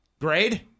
Grade